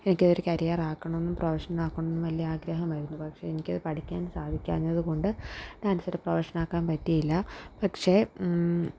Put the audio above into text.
എനിക്കിതൊരു career ആക്കണമെന്നും പ്രൊഫഷണാക്കണമെന്നും വലിയ ആഗ്രഹമായിരുന്നു പക്ഷേ എനിക്കത് പഠിക്കാൻ സാധിക്കാഞ്ഞതുകൊണ്ട് ഡാൻസൊരു പ്രൊഫഷനാക്കാൻ പറ്റിയില്ല പക്ഷെ